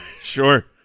Sure